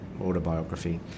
autobiography